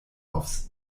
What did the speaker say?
offs